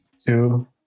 two